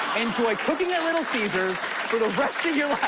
enjoy cooking at little caesars for the rest of your